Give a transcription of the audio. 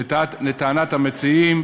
לטענת המציעים,